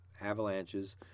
avalanches